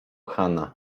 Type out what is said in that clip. chana